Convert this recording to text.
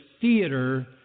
theater